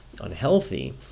unhealthy